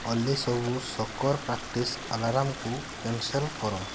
ଅଲି ସବୁ soccer practice ଆଲାର୍ମ୍କୁ cancel କର